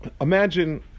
Imagine